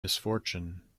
misfortune